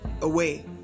away